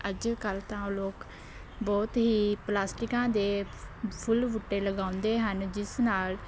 ਅੱਜ ਕੱਲ੍ਹ ਤਾਂ ਲੋਕ ਬਹੁਤ ਹੀ ਪਲਾਸਟਿਕਾਂ ਦੇ ਫੁੱਲ ਬੂਟੇ ਲਗਾਉਂਦੇ ਹਨ ਜਿਸ ਨਾਲ਼